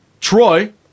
Troy